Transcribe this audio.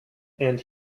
and